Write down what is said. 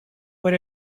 but